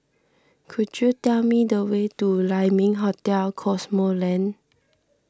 could you tell me the way to Lai Ming Hotel Cosmoland